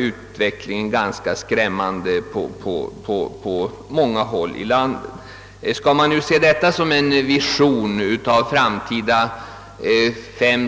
Under alla förhållanden tycker jag att denna vision av fem eller